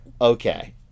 Okay